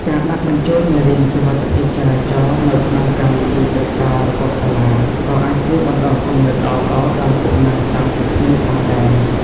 ការដាក់បញ្ចូលមេរៀនសុវត្ថិភាពចរាចរណ៍ទៅក្នុងកម្មវិធីសិក្សារបស់សាលា ក៏អាចជួយបណ្ដុះគំនិតល្អៗដល់កុមារតាំងពីក្មេងផងដែរ។